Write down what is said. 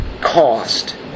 cost